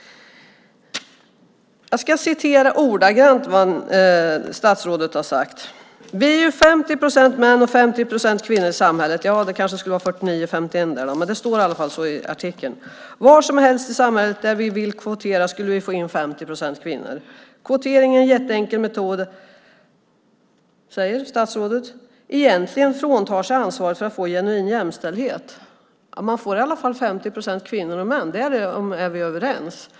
Jag ska citera ordagrant vad statsrådet har sagt: "Vi är ju 50 procent män och 50 procent kvinnor i samhället." Det kanske skulle vara 49-51, men det står i alla fall så här i artikeln. "Var som helst i samhället där vi vill kvotera skulle vi få in 50 procent kvinnor. Kvotering är en jätteenkel metod att egentligen frånta sig ansvaret för att nå genuin jämställdhet." Man får i alla fall 50 procent kvinnor och män - därom är vi överens.